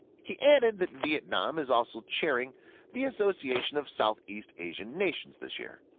he added that vietnam is also chairing the association of southeast asian nations this year,